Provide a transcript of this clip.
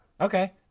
Okay